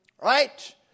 Right